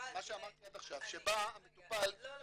מה שאמרתי עד עכשיו שבא המטופל ויזין